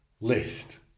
list